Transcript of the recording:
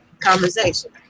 conversation